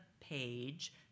Page